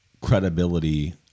credibility